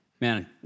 Man